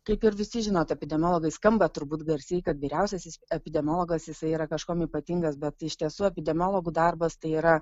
kaip ir visi žinot epidemiologai skamba turbūt garsiai kad vyriausiasis epidemiologas jisai yra kažkuom ypatingas bet iš tiesų epidemiologų darbas tai yra